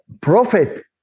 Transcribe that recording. prophet